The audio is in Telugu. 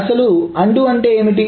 అసలు అన్డు అంటే ఏమిటి